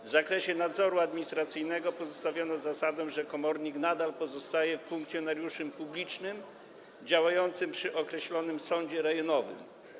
W zakresie nadzoru administracyjnego pozostawiono zasadę, że komornik nadal pozostaje funkcjonariuszem publicznym działającym przy określonym sądzie rejonowym.